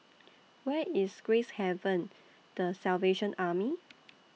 Where IS Gracehaven The Salvation Army